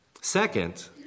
Second